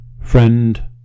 friend